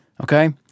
Okay